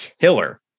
killer